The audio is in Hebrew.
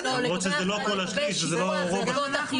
למרות שזה לא כל השליש וזה לא רוב השליש.